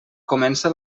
comença